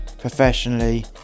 professionally